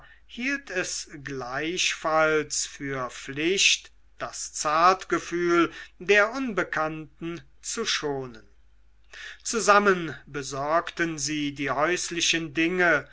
hielt es gleichfalls für pflicht das zartgefühl der unbekannten zu schonen zusammen besorgten sie die häuslichen dinge